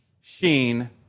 sheen